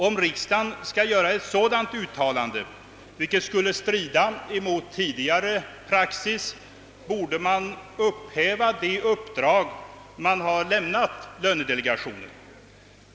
Om riksdagen skall göra ett sådant uttalande, vilket skulle strida mot tidigare praxis, borde den upphäva det uppdrag den har lämnat lönedelegationen.